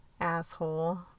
asshole